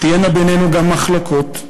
תהיינה בינינו גם מחלוקות,